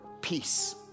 peace